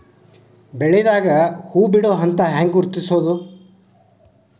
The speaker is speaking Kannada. ಬೆಳಿದಾಗ ಹೂ ಬಿಡುವ ಹಂತ ಹ್ಯಾಂಗ್ ಗುರುತಿಸೋದು?